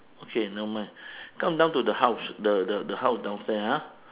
okay never mind come down to the house the the the house downstairs ah